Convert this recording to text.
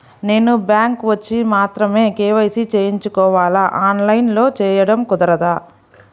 నేను బ్యాంక్ వచ్చి మాత్రమే కే.వై.సి చేయించుకోవాలా? ఆన్లైన్లో చేయటం కుదరదా?